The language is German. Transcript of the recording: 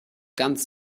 ganz